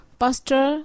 pastor